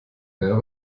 wer